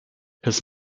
his